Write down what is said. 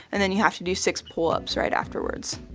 and then you have to do six pullups right afterwards